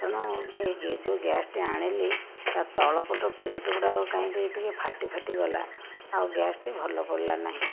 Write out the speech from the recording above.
ତେଣୁ ଏ ଯେଉଁ ଗ୍ୟାସ୍ଟି ଆଣିଲି ତା' ତଳପଟ ପ୍ଲେଟ୍ଗୁଡ଼ିକ କାହିଁ ଟିକିଏ ଟିକିଏ ଫାଟି ଫାଟି ଗଲା ଆଉ ଗ୍ୟାସ୍ଟି ଭଲ ପଡ଼ିଲାନାହିଁ